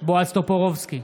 בועז טופורובסקי,